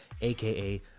aka